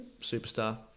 superstar